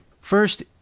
First